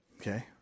Okay